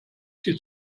die